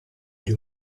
gli